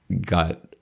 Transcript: got